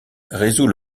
résout